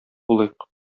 булыйк